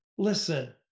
Listen